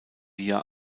via